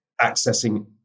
accessing